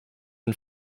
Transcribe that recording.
and